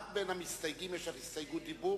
לאיזה מגזר?